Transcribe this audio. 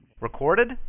Recorded